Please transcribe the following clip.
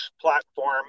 platform